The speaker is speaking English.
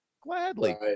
Gladly